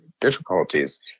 difficulties